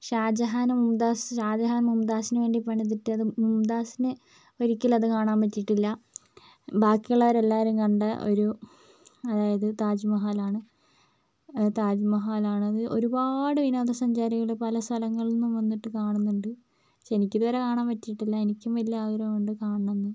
ഷാജഹാനും മുംതാസ് ഷാജഹാൻ മുംതാസിന് വേണ്ടി പണിത് ഇട്ടതും മുംതാസിന് ഒരിക്കലും അത് കാണാൻ പറ്റിയിട്ടില്ല ബാക്കിയുള്ളവർ എല്ലാവരും കണ്ട ഒരു അതായത് താജ് മഹലാണ് താജ് മഹലാണത് ഒരുപാട് വിനോദസഞ്ചാരികള് പല സ്ഥലങ്ങളിൽ നിന്ന് വന്നിട്ട് കാണുന്നുണ്ട് പക്ഷെ എനിക്കിതുവരെ കാണാൻ പറ്റിയിട്ടില്ല എനിക്കും വലിയ ആഗ്രഹമുണ്ട് കാണണമെന്ന്